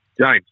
James